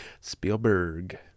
Spielberg